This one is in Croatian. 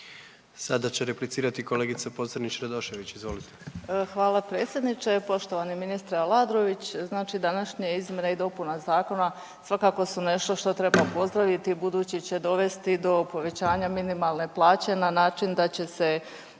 Radošević, izvolite. **Pocrnić-Radošević, Anita (HDZ)** Hvala predsjedniče. Poštovani ministre Aladrović znači današnja izmjene i dopuna zakona svakako su nešto što treba pozdraviti budući će dovesti do povećanja minimalne plaće na način da će se